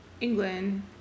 England